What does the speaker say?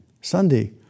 Sunday